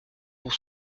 pour